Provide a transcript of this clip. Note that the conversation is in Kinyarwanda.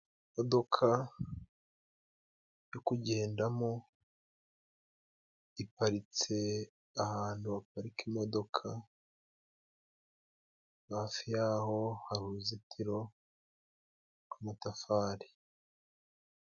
Imodoka yo kugendamo iparitse ahantu haparika imodoka. Hafi y'aho hari uruzitiro rw'amatafari.